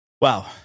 Wow